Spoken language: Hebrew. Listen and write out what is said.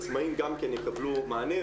העצמאיים גם כן יקבלו מענה,